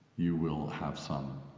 you will have some